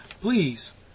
please